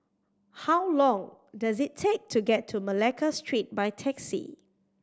how long does it take to get to Malacca Street by taxi